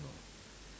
lor